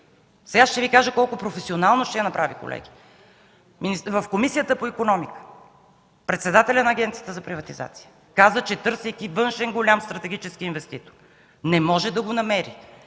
Сега ще Ви кажа колко професионално ще я направи, колеги. В Комисията по икономиката председателят на Агенцията за приватизация каза, че, търсейки външен голям стратегически инвеститор, не може да го намери,